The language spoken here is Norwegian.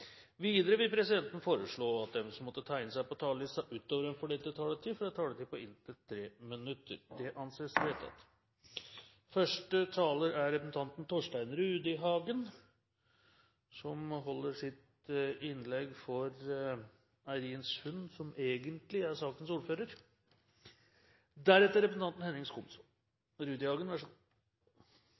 Videre vil presidenten foreslå at de som måtte tegne seg på talerlisten utover den fordelte taletid, får en taletid på inntil 3 minutter. – Det anses vedtatt.